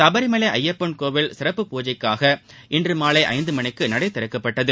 சபரிமலை ஐயப்பன் கோவில் சிறப்பு பூஜைகளுக்காக இன்று மாலை ஐந்து மணிக்கு நடை திறக்கப்பட்டது